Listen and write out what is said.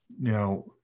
Now